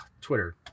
Twitter